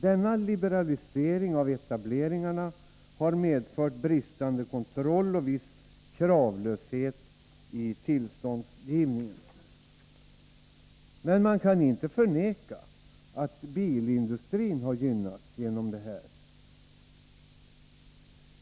Denna liberalisering av etableringarna har inneburit bristande kontroll och viss kravlöshet i tillståndsgivningen. Men man kan inte förneka att bilindustrin därigenom har gynnats.